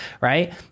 right